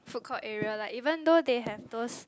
food court area right even though they have those